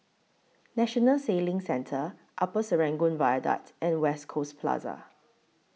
National Sailing Centre Upper Serangoon Viaduct and West Coast Plaza